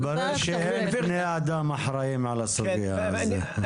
מסתבר שאין בני אדם שאחראים על הסוגיה הזאת.